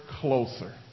closer